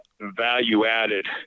value-added